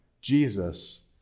Jesus